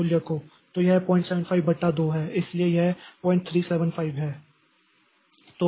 तो यह 075 बटा 2 है इसलिए यह 0375 है